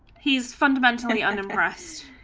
he's fundamentally and address